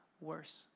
worse